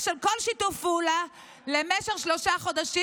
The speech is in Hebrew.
של כל שיתוף פעולה למשך שלושה חודשים,